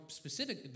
specific